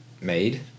made